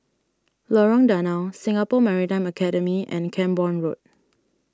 Lorong Danau Singapore Maritime Academy and Camborne Road